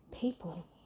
people